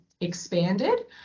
expanded